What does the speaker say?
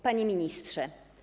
Panie Ministrze!